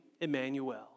Emmanuel